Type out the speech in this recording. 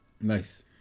nice